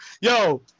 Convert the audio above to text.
Yo